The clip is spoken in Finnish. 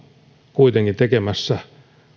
kuitenkin tekemässä